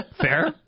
Fair